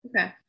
Okay